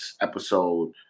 episode